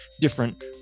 different